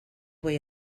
voy